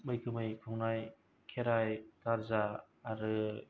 मैखोमै बुंनाय खेराय गारजा आरो